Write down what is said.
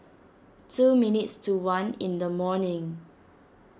two minutes to one in the morning